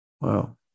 Wow